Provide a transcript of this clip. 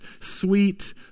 sweet